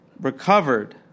Recovered